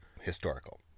historical